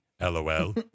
LOL